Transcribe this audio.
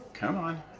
come on